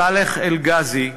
סאלח חג'אזי,